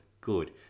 good